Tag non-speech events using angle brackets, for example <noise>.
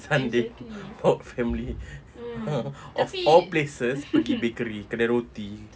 sunday bawa family <noise> of all places pergi bakery kedai roti